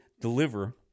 deliver